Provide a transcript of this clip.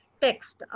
text